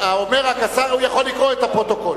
אומר רק השר, הוא יכול לקרוא את הפרוטוקול.